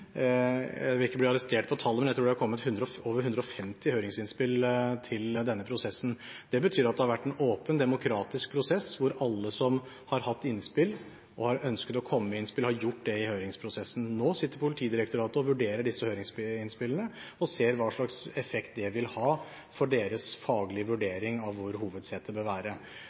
jeg vil ikke bli arrestert på tallet, men jeg tror det har kommet over 150 høringsinnspill til denne prosessen. Det betyr at det har vært en åpen, demokratisk prosess, hvor alle som har hatt innspill, og har ønsket å komme med innspill, har gjort det i høringsprosessen. Nå sitter Politidirektoratet og vurderer disse høringsinnspillene og ser på hva slags effekt det vil ha for deres faglige